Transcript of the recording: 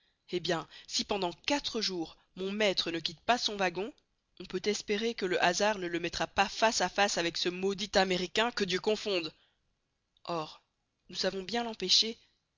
eh bien si pendant quatre jours mon maître ne quitte pas son wagon on peut espérer que le hasard ne le mettra pas face à face avec ce maudit américain que dieu confonde or nous saurons bien l'empêcher